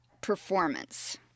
performance